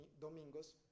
domingos